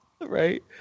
Right